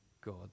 God